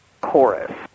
chorus